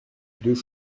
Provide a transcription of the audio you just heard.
deux